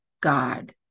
God